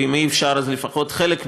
ואם אי-אפשר אז לפחות חלק מהעיר,